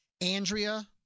Andrea